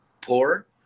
poor